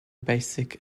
basic